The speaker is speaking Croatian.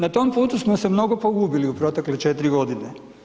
Na tom putu smo se mnogo pogubili u protekle 4 godine.